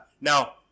Now